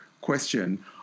question